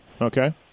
Okay